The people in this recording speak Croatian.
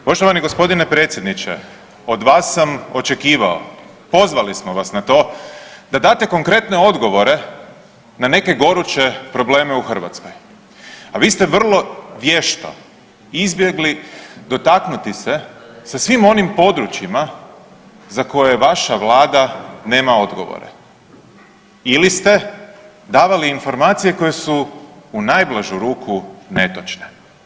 Poštovani g. predsjedniče od vas sam očekivao, pozvali smo vas na to, da date konkretne odgovore na neke goruće probleme u Hrvatskoj, a vi ste vrlo vješto izbjegli dotaknuti se sa svim onim područjima za koje vaša vlada nema odgovore ili ste davali informacije koje su u najblažu ruku netočne.